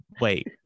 wait